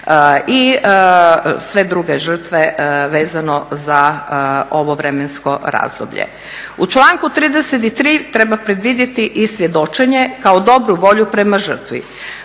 i sve druge žrtve vezano za ovo vremensko razdoblje. U članku 33. treba predvidjeti i svjedočenje kao dobru volju prema žrtvi,